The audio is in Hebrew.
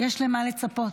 יש למה לצפות.